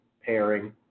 pairing